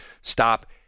stop